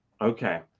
Okay